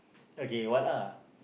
okay what lah